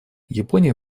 япония